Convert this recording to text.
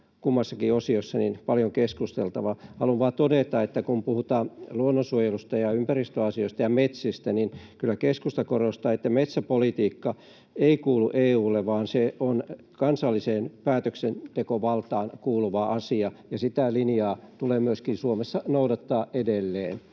kummassakin osiossa paljon keskusteltavaa. Haluan vain todeta, että kun puhutaan luonnonsuojelusta ja ympäristöasioista ja metsistä, niin kyllä keskusta korostaa, että metsäpolitiikka ei kuulu EU:lle vaan se on kansalliseen päätöksentekovaltaan kuuluva asia ja sitä linjaa tulee Suomessa noudattaa edelleen.